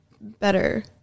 better